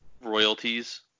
Royalties